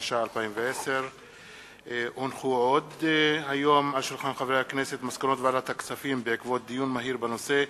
התש"ע 2010. מסקנות ועדת הכספים בעקבות דיון מהיר בנושא: